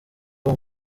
uwo